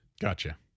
Gotcha